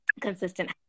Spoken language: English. consistent